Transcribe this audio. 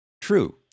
true